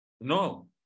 No